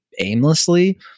aimlessly